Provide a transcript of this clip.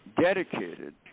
dedicated